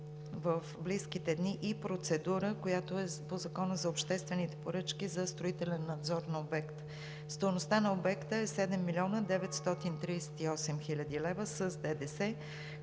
в близките дни и процедура, която е по Закона за обществените поръчки за строителен надзор на обекта. Стойността на обекта е 7 млн. 938 хил. лв. с ДДС,